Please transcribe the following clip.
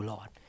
Lord